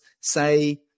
say